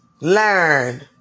Learn